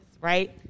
right